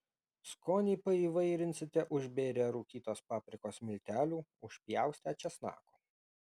skonį paįvairinsite užbėrę rūkytos paprikos miltelių užpjaustę česnako